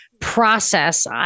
process